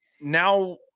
now